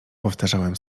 powtarzałem